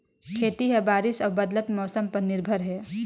खेती ह बारिश अऊ बदलत मौसम पर निर्भर हे